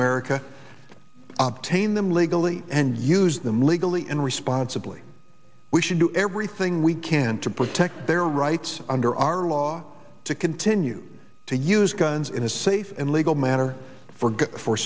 america obtain them legally and use them legally and responsibly we should do everything we can to protect their rights under our law to continue to use guns in a safe and legal manner for